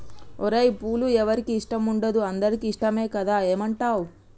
ఓరై పూలు ఎవరికి ఇష్టం ఉండదు అందరికీ ఇష్టమే కదా ఏమంటావ్